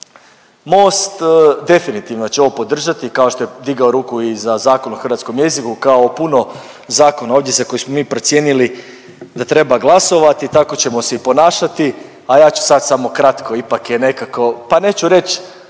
Most definitivno će ovo podržati, kao što je digao ruku i za Zakon o hrvatskom jeziku, kao puno zakona ovdje za koje smo mi procijenili da treba glasovati, tako ćemo se i ponašati, a ja ću sad samo kratko ipak je nekako pa neću reć